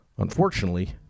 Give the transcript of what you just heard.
Unfortunately